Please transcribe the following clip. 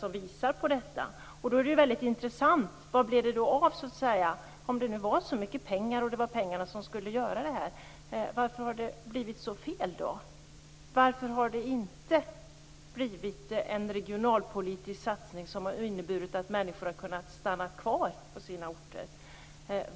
Det är väldigt intressant att veta vad som hände. Varför har det blivit så fel, om det nu rörde sig om så mycket pengar och om det var pengarna som skulle göra situationen bättre? Varför har det inte skett en regionalpolitisk satsning som har inneburit att människor har kunnat stanna kvar på sina orter?